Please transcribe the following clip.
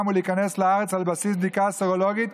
ולהיכנס לארץ על בסיס בדיקה סרולוגית,